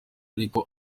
ariko